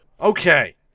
Okay